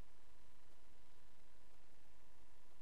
הערביות